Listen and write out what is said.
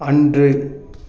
அன்று